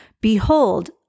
Behold